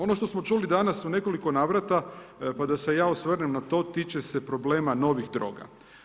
Ono što smo čuli danas u nekoliko navrata npr. pa da se ja osvrnem na to, tiče se problema novih droga.